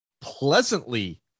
pleasantly